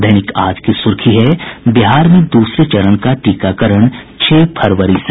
दैनिक आज की सुर्खी है बिहार में दूसरे चरण का टीकाकरण छह फरवरी से